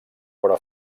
però